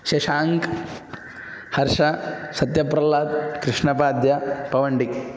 शशाङ्कः हर्षः सत्यप्रह्लादः कृष्णपाद्यः पवण्डि